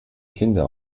kinder